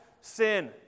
Sin